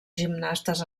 gimnastes